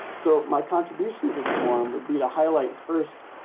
so my contribution to this forum would be to highlight first,